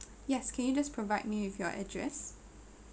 yes can you just provide me with your address